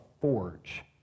forge